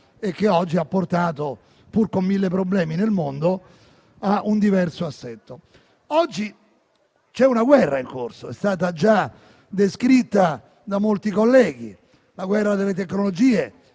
e che oggi ha portato, pur con mille problemi nel mondo, a un diverso assetto. Oggi c'è una guerra in corso ed è stata già descritta da molti colleghi: è la guerra delle tecnologie,